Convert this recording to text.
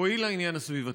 הועיל לעניין הסביבתי.